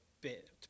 bit